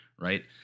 right